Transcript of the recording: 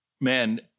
man